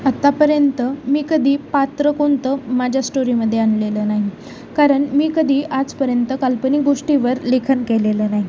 आतापर्यंत मी कधी पात्र कोणतं माझ्या स्टोरीमध्ये आणलेलं नाही कारण मी कधी आजपर्यंत काल्पनिक गोष्टीवर लेखन केलेलं नाही